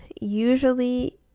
usually